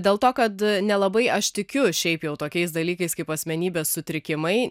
dėl to kad nelabai aš tikiu šiaip jau tokiais dalykais kaip asmenybės sutrikimai